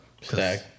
Stack